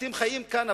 אתם חיים כאן,